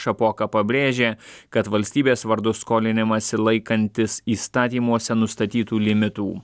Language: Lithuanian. šapoka pabrėžia kad valstybės vardu skolinimąsi laikantis įstatymuose nustatytų limitų